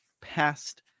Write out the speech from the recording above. past